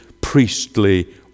priestly